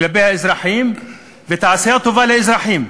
כלפי האזרחים ואת העשייה הטובה לאזרחים.